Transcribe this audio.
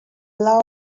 law